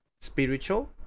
spiritual